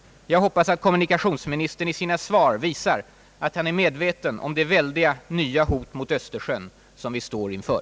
Jag hoppas att kommunikationsministern i sina svar skall visa att han är medveten om de väldiga nya hot mot Östersjön som vi står inför.